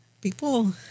People